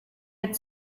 had